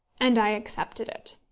and i accepted it.